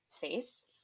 face